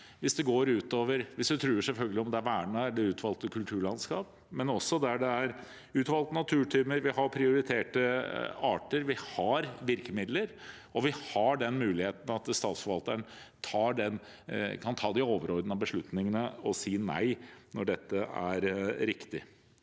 hvis det går utover eller truer vernede eller utvalgte kulturlandskap, men også der det er utvalgte naturtyper. Vi har prioriterte arter, vi har virkemidler, og vi har den muligheten at Statsforvalteren kan ta de overordnede beslutningene og si nei når dette er riktig.